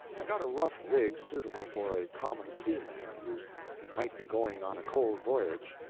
i got a rough rig suitable for a common seaman who might be going on a cold voyage,